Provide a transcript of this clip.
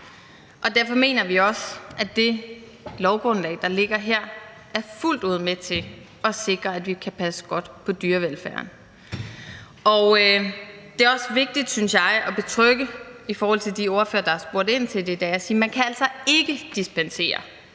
Derfor mener vi også, at det lovgrundlag, der ligger her, er fuldt ud med til at sikre, at vi kan passe godt på dyrevelfærden. Det er også vigtigt, synes jeg, at betrygge de ordførere, der har spurgt ind til det her, og sige, at man altså ikke kan dispensere